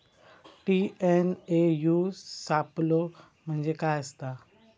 TNAU सापलो म्हणजे काय असतां?